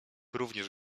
również